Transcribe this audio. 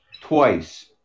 twice